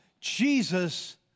Jesus